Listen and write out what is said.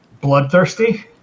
bloodthirsty